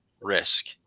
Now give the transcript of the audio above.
risk